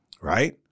Right